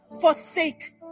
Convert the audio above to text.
forsake